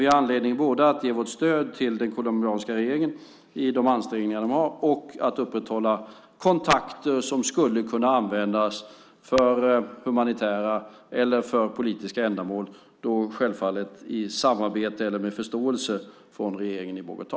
Vi har anledning att både ge vårt stöd till den colombianska regeringen i sina ansträngningar och att upprätthålla kontakter som kan användas för humanitära eller politiska ändamål, självfallet med förståelse från regeringen i Bogotá.